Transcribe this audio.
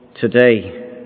today